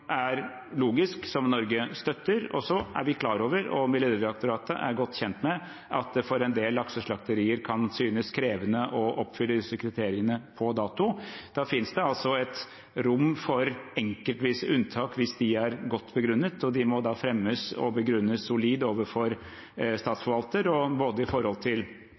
er logisk, som Norge støtter, og så er vi klar over, og Miljødirektoratet er godt kjent med, at det for en del lakseslakterier kan synes krevende å oppfylle disse kriteriene på dato. Da finnes det et rom for enkeltvise unntak hvis de er godt begrunnet, og de må fremmes og begrunnes solid overfor statsforvalteren, både med tanke på kostnadsbilde og